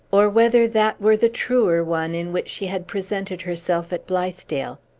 or whether that were the truer one in which she had presented herself at blithedale.